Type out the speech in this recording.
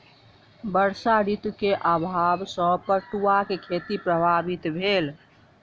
वर्षा ऋतू के अभाव सॅ पटुआक खेती प्रभावित भेल